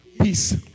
Peace